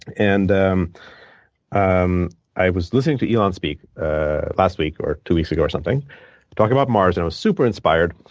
and um um i was listening to elon speak ah last week or two weeks ago or something talking about mars. and i was super inspired.